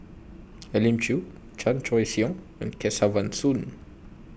Elim Chew Chan Choy Siong and Kesavan Soon